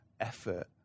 effort